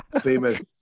famous